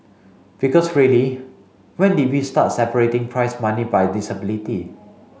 because really when did we start separating prize money by disability